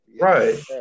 Right